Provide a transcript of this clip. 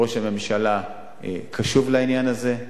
ראש הממשלה קשוב לעניין הזה.